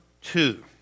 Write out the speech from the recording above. two